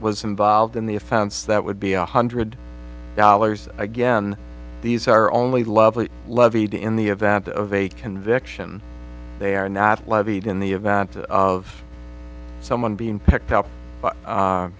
was involved in the offense that would be a hundred dollars again these are only lovely levied in the event of a conviction they are not levied in the event of someone being picked up